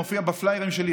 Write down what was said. זה מופיע בפליירים שלי,